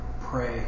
pray